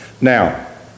now